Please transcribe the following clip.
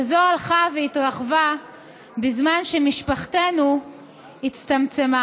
וזו הלכה והתרחבה בזמן שמשפחתנו הצטמצמה.